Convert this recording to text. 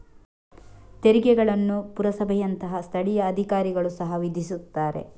ತೆರಿಗೆಗಳನ್ನು ಪುರಸಭೆಯಂತಹ ಸ್ಥಳೀಯ ಅಧಿಕಾರಿಗಳು ಸಹ ವಿಧಿಸುತ್ತಾರೆ